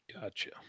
gotcha